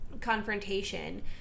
confrontation